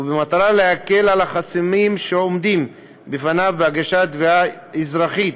ובמטרה להקל את החסמים שעומדים בפניו בהגשת תביעה אזרחית